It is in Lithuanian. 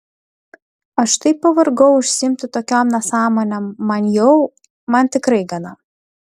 aš taip pavargau užsiimti tokiom nesąmonėm man jau man tikrai gana